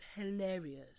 hilarious